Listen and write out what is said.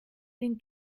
den